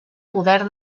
poder